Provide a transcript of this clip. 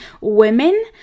women